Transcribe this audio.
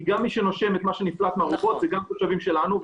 מי שנושם את מה שנפלט זה התושבים שלי.